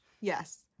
yes